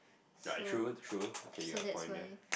ugh true true okay you've a point there